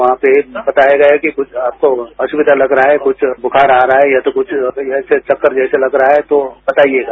वहां पे बताया गया कि आपको कुछ असुविधा लग रहा है कुछ बुखार आ रहा है या तो कुछ चक्कर जैसे लग रहा है तो बताइयेगा